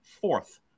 fourth